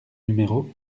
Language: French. numéro